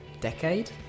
decade